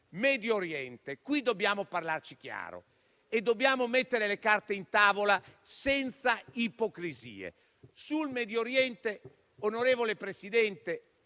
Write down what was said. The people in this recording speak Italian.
Medio Oriente dobbiamo parlarci chiaro e dobbiamo mettere le carte in tavola, senza ipocrisie. Sul Medio Oriente, signor Presidente,